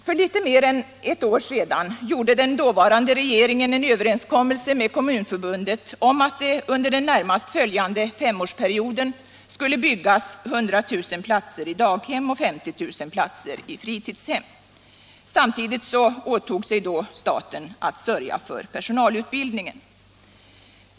För litet mer än ett år sedan gjorde den dåvarande regeringen en överenskommelse med Kommunförbundet om att det under den närmast följande femårsperioden skulle byggas 100000 platser i daghem och 50 000 platser i fritidshem. Samtidigt åtog sig staten att sörja för personalutbildningen.